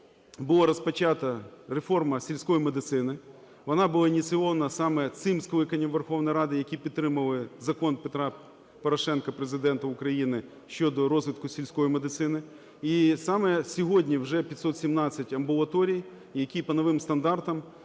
було розпочато реформу сільської медицини. Вона була ініційована саме цим скликанням Верховної Ради, які підтримали Закон Петра Порошенка – Президента України щодо розвитку сільської медицини. І саме сьогодні вже 517 амбулаторій, які по новим стандартам,